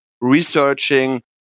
researching